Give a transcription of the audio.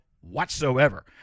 whatsoever